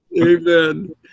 Amen